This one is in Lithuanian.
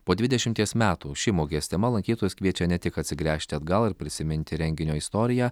po dvidešimties metų ši mugės tema lankytojus kviečia ne tik atsigręžti atgal ir prisiminti renginio istoriją